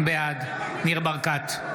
בעד ניר ברקת,